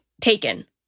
taken